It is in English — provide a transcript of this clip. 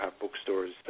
bookstores